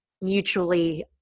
mutually